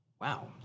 Wow